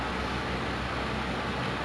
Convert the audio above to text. like it's less intimate gitu kan